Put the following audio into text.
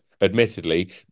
admittedly